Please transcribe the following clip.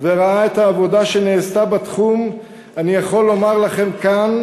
וראה את העבודה שנעשתה בתחום אני יכול לומר לכם כאן,